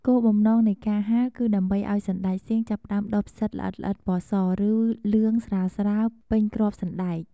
គោលបំណងនៃការហាល គឺដើម្បីឱ្យសណ្ដែកសៀងចាប់ផ្ដើមដុះផ្សិតល្អិតៗពណ៌ស ឬលឿងស្រាលៗពេញគ្រាប់សណ្ដែក។